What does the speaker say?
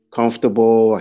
comfortable